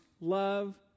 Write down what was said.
love